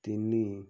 ତିନି